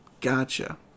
gotcha